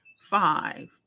five